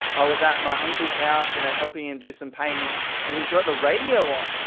i was at my uncle's house you know helping him do some painting and he's got the radio on.